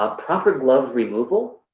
ah proper glove removal,